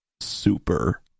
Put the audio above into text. Super